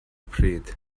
pryd